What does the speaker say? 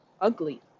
ugly